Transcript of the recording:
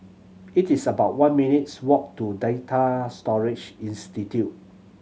it is about one minutes' walk to Data Storage Institute